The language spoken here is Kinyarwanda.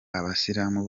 abasilamu